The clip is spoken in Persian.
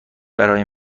برای